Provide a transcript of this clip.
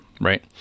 Right